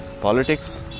Politics